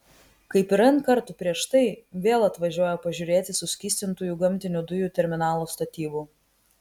kaip ir n kartų prieš tai vėl atvažiuoja pažiūrėti suskystintųjų gamtinių dujų terminalo statybų